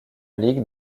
ligue